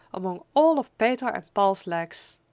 among all of peter and paul's legs!